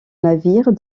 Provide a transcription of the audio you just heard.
navires